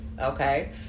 Okay